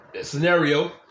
scenario